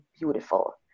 beautiful